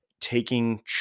taking